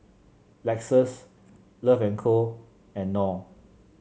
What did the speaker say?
Lexus Love And Co and Knorr